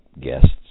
guests